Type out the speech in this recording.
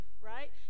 right